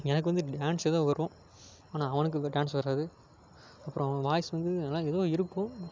எனக்கு வந்து டான்ஸ் ஏதோ வரும் ஆனால் அவனுக்கு வ டான்ஸ் வராது அப்புறம் வாய்ஸ் வந்து நல்லா ஏதோ இருக்கும்